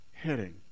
heading